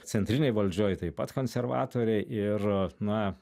centrinėj valdžioj taip pat konservatorė ir na